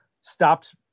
stopped